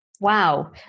Wow